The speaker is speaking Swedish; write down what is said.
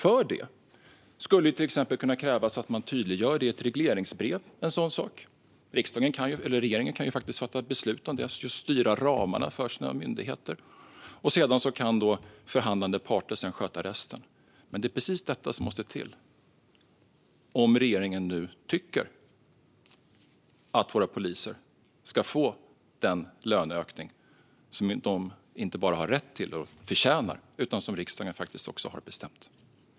För detta skulle det till exempel kunna krävas att man tydliggör en sådan sak i ett regleringsbrev. Regeringen kan fatta beslut om det och styra ramarna för sina myndigheter. Sedan kan förhandlande parter sköta resten. Men det är precis detta som måste till om regeringen nu tycker att våra poliser ska få den löneökning som de inte bara har rätt till och förtjänar utan som riksdagen också har bestämt.